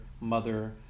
mother